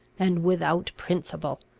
and without principle.